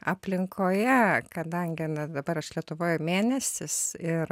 aplinkoje kadangi na dabar aš lietuvoje mėnesis ir